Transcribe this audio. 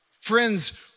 Friends